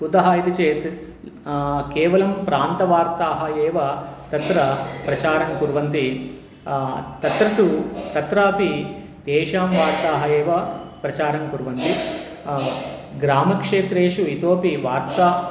कुतः इति चेत् केवलं प्रान्तवार्ताः एव तत्र प्रचारं कुर्वन्ति तत्र तु तत्रापि तेषां वार्ताः एव प्रचारं कुर्वन्ति ग्रामक्षेत्रेषु इतोऽपि वार्ता